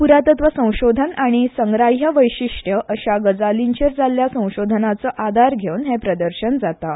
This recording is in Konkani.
प्रातत्व संशोधन आनी संग्राह्य वैशिश्ट्या अशा गजालींचेर जाल्ल्या संशोधनाचो आदार घेवन हें प्रदर्शन जाता